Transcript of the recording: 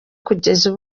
kugeza